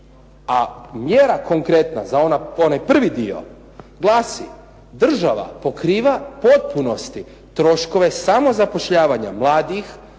A mjera konkretna za onaj prvi dio glasi država pokriva u potpunosti troškove samozapošljavanja mladih,